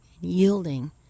yielding